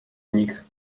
nich